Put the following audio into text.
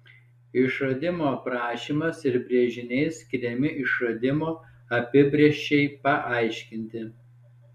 išradimo aprašymas ir brėžiniai skiriami išradimo apibrėžčiai paaiškinti